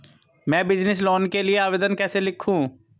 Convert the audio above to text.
मैं business loan के लिए आवेदन कैसे लिखूँ?